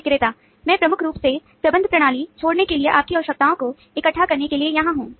विक्रेता मैं मुख्य रूप से प्रबंधन प्रणाली छोड़ने के लिए आप की आवश्यकताओं को इकट्ठा करने के लिए यहां हूं